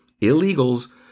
illegals